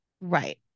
right